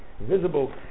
visible